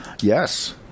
Yes